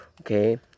okay